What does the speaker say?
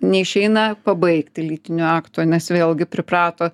neišeina pabaigti lytinio akto nes vėlgi priprato